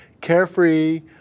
carefree